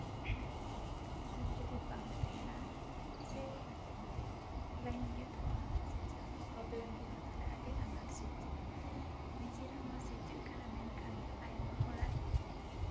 current ᱡᱩᱫᱤ ᱵᱟᱝ ᱛᱟᱦᱮᱱᱟ ᱥᱮ ᱞᱟᱭᱤᱱ ᱜᱮᱫᱚᱜᱼᱟ ᱥᱮ ᱡᱟᱦᱟᱱᱟᱜ ᱯᱨᱚᱵᱞᱮᱢ ᱦᱩᱭᱩᱜᱼᱟ ᱛᱟᱦᱞᱮ ᱟᱹᱰᱤ ᱟᱱᱟᱴ ᱥᱤᱨᱡᱟᱹᱜᱼᱟ ᱱᱤᱡᱮᱨᱟᱜ ᱢᱟ ᱥᱤᱨᱡᱟᱹᱜ ᱠᱟᱱᱟ ᱢᱮᱱᱠᱷᱟᱱ ᱟᱭᱢᱟ ᱦᱚᱲᱟᱜ